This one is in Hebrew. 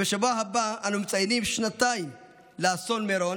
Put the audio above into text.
בשבוע הבא אנו מציינים שנתיים לאסון מירון.